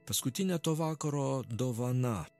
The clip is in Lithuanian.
paskutinė to vakaro dovana